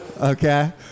okay